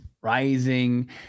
Rising